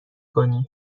کنی